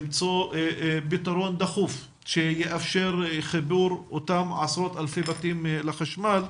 למצוא פתרון דחוף שיאפשר חיבור אותם עשרות אלפי בתים לחשמל,